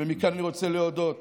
מכאן אני רוצה להודות